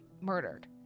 murdered